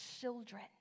children